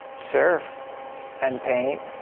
surf and paint.